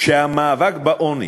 שהמאבק בעוני,